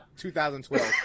2012